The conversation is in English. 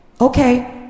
okay